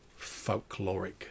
folkloric